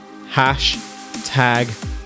Hashtag